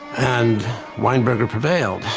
and weinberger prevailed.